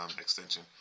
extension